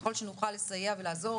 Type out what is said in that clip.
וכלל שנוכל לסייע ולעזור